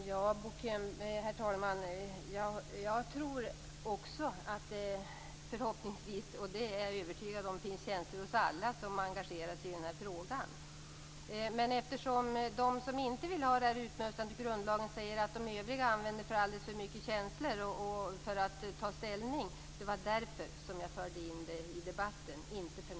Herr talman! Jag tror också att det finns känslor hos alla som engagerar sig i den här frågan. Det är jag övertygad om. Jag förde in detta i debatten eftersom de som inte vill ha detta utmönstrat ur grundlagen säger att de övriga använder alldeles för mycket känslor när de tar ställning - inte av någon annan anledning.